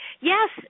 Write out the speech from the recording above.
Yes